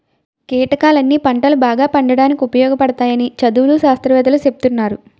కీటకాలన్నీ పంటలు బాగా పండడానికి ఉపయోగపడతాయని చదువులు, శాస్త్రవేత్తలూ సెప్తున్నారు